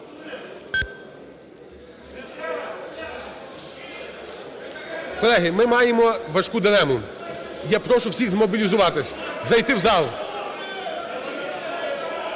Колеги, ми маємо важку дилему. Я прошу всіх змобілізуватися, зайти в зал. (Шум у залі)